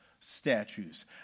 statues